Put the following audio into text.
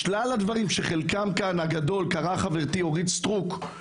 שלל הדברים שאת חלקם הגדול הקריאה חברתי אורית סטרוק,